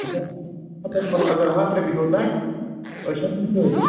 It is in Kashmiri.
ہَتس مطلب اگر ہتھ رۄپیہِ ہیٚوت أمۍ أسۍ چھِ ہیٚوان تٕرٛہ رۄپیہِ